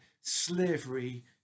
slavery